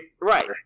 Right